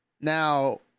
Now